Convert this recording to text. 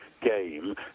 game